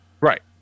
Right